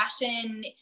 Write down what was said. fashion